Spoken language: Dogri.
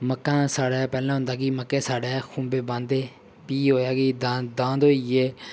मक्कां साढ़ा पैह्ले होंदा कि मक्कां साढ़ै खुंबे बांह्दे फ्ही होएया कि दांद दांद होई गे